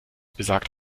besagt